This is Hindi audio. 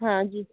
हाँ जी